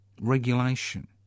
regulation